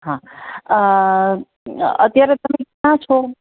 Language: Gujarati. હા અત્યારે તમે ક્યાં છો